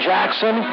Jackson